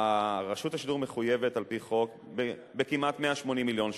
רשות השידור מחויבת על-פי חוק בכמעט 180 מיליון ש"ח.